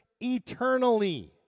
eternally